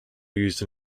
used